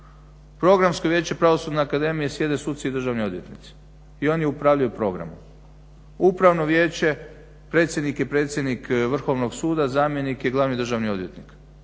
Programsko vijeće Pravosudne akademije sjede suci i državni odvjetnici i oni upravljaju programom. Upravno vijeće, predsjednik i predsjednik Vrhovnog suda, zamjenik i glavni državni odvjetnik,